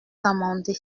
amendé